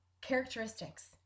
characteristics